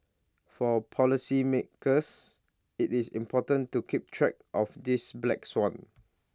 for policy makers IT is important to keep track of this black swan